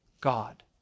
God